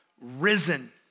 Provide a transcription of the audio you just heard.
Risen